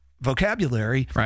vocabulary